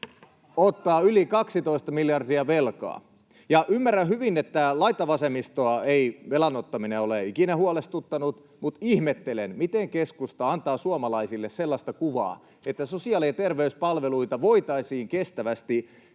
ottaa yli 12 miljardia velkaa. Ymmärrän hyvin, että laitavasemmistoa ei velan ottaminen ole ikinä huolestuttanut, mutta ihmettelen, miten keskusta antaa suomalaisille sellaista kuvaa, että sosiaali‑ ja terveyspalveluita voitaisiin kestävästi